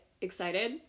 excited